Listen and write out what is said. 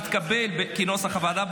כנוסח הוועדה,